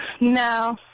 No